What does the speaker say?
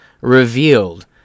revealed